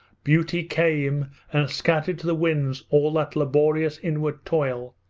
beauty came and scattered to the winds all that laborious inward toil,